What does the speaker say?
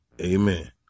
amen